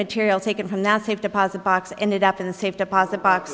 material taken from the safe deposit box ended up in the safe deposit box